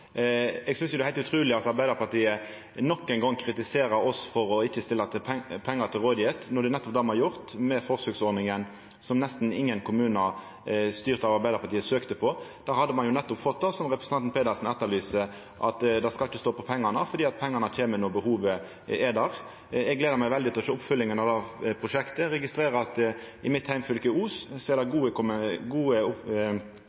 Eg synest det er heilt utruleg at Arbeidarpartiet nok ein gong kritiserer oss for ikkje å stilla pengar til rådvelde, når det er nettopp det me har gjort med forsøksordninga som nesten ingen kommunar som er styrte av Arbeidarpartiet, søkte på. Då hadde ein jo fått det som representanten Pedersen etterlyser, at det ikkje skal stå på pengane, for pengane kjem når behovet er der. Eg gler meg veldig til å sjå oppfølginga av prosjektet. Eg registrerer at i Os kommune i mitt heimfylke er det gode tilbakemeldingar på forsøksordninga. Det følgjer vi vidare opp.